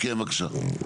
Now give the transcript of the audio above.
כן, בבקשה.